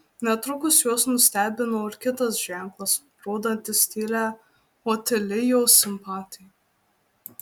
netrukus juos nustebino ir kitas ženklas rodantis tylią otilijos simpatiją